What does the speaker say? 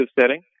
setting